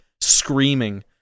screaming